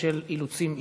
בשל אילוצים אישיים.